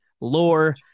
lore